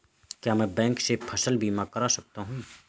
क्या मैं बैंक से फसल बीमा करा सकता हूँ?